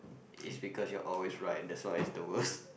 it's because you're always right that's why it's the worst